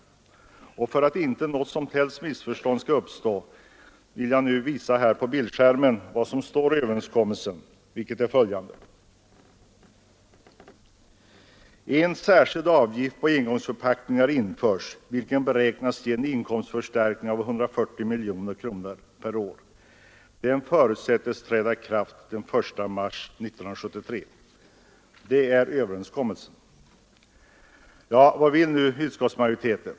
I överenskommelsen som träffades står det — för att inget missförstånd skall uppstå visar jag det på bildskärmen: ”En särskild avgift på engångsförpackningar införs, vilket beräknas ge en inkomstförstärkning av 140 miljoner kronor per år. Den förutsättes träda i kraft den 1 mars 1973.” Det är överenskommelsen. Vad vill nu utskottsmajoriteten?